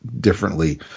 differently